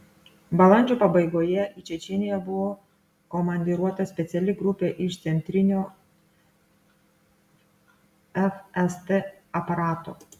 balandžio pabaigoje į čečėniją buvo komandiruota speciali grupė iš centrinio fst aparato